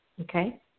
Okay